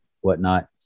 whatnot